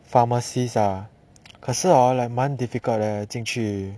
pharmacies ah 可是 hor like 蛮 difficult eh 进去